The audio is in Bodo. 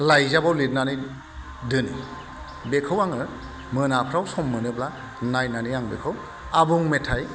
लाइजाबाव लिरनानै दोनो बेखौ आङो मोनाफोराव सम मोनोब्ला नायनानै आं बेखौ आबुं मेथाय